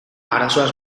arazoaz